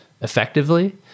effectively